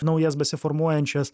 naujas besiformuojančias